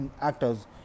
actors